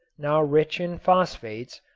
now rich in phosphates,